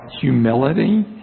humility